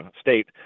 state